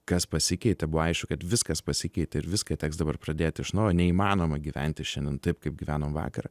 kas pasikeitė buvo aišku kad viskas pasikeitė ir viską teks dabar pradėti iš naujo neįmanoma gyventi šiandien taip kaip gyvenom vakar